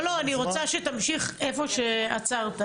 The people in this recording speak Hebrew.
לא, אני רוצה שתמשיך איפה שעצרת.